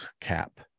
cap